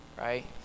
right